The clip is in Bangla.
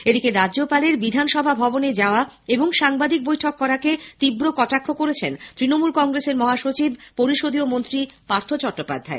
এদিকে রাজ্যপালের বিধানসভা ভবনে যাওয়া এবং সাংবাদিক বৈঠক করাকে তীব্র কটাক্ষ করেছেন তৃণমূল কংগ্রেসের মহাসচিব পরিষদীয় মন্ত্রী পার্থ চট্টোপাধ্যায়